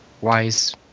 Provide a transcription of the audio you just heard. wise